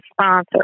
sponsor